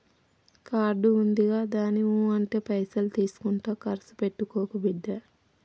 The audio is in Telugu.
కార్డు ఉందిగదాని ఊ అంటే పైసలు తీసుకుంట కర్సు పెట్టుకోకు బిడ్డా